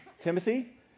Timothy